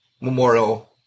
Memorial